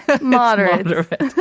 moderate